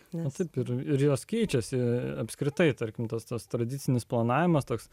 ne taip ir jos keičiasi apskritai tarkim tas tas tradicinis planavimas toks